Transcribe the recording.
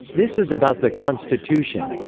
this is about the constitution,